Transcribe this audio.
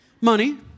Money